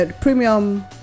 premium